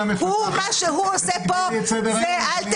מה שהוא עושה פה ---- וכשתקבעי לי את סדר-היום --- גברתי,